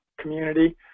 community